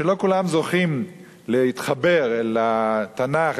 שלא כולם זוכים להתחבר אל התנ"ך,